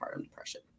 depression